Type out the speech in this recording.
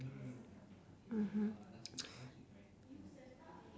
mmhmm